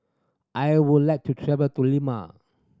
I would like to travel to Lima